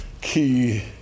key